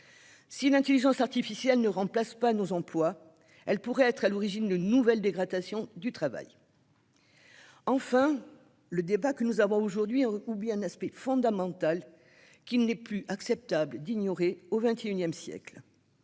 Si l'intelligence artificielle ne remplace pas nos emplois, elle pourrait être à l'origine d'une nouvelle dégradation du travail. Enfin, l'intitulé de notre débat oublie un aspect fondamental, qu'il n'est plus acceptable d'ignorer au XX siècle